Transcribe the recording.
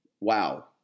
wow